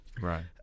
Right